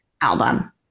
album